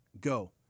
Go